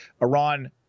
Iran